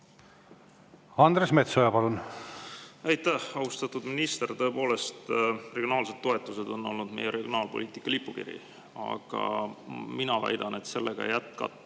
Andres Metsoja, palun! Aitäh! Austatud minister! Tõepoolest, regionaalsed toetused on olnud meie regionaalpoliitika lipukiri, aga mina väidan, et nendega jätkates